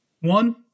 One